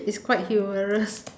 it's quite humorous